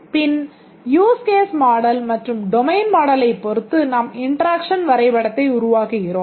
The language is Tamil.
பின் யூஸ் கேஸ் மாடல் மற்றும் டொமைன் மாடலைப் பொறுத்து நாம் இன்டெராக்ஷன் வரைபடத்தை உருவாக்குகிறோம்